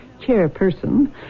chairperson